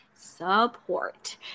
support